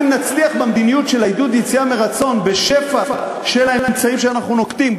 אם נצליח במדיניות של עידוד יציאה מרצון בשפע של האמצעים שאנחנו נוקטים,